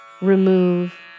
remove